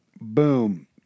boom